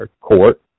court